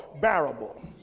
bearable